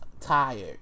Tired